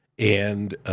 and,